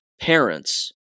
parents